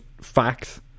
facts